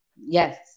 Yes